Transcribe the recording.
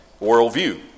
worldview